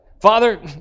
Father